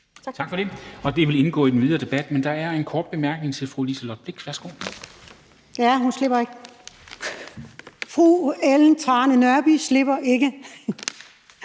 Tak for det. Det vil indgå i den videre debat. Der er en kort bemærkning til fru Liselott Blixt. Værsgo. Kl. 10:46 Liselott Blixt (DF): Ja, fru Ellen Trane Nørby slipper ikke,